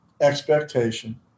expectation